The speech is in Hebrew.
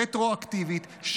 רטרואקטיבית,